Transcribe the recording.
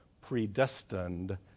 predestined